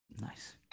Nice